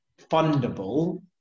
fundable